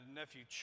nephew